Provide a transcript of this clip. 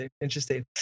interesting